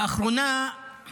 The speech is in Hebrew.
לאחרונה יש